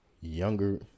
younger